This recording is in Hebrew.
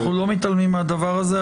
אנחנו לא מתעלמים מהדבר הזה,